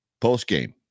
post-game